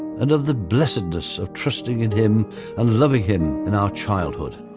and of the blessedness of trusting in him and loving him in our childhood.